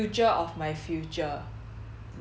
the future of your future